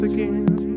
Again